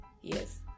Yes